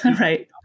Right